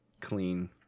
clean